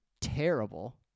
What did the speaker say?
terrible